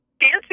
dancing